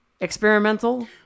experimental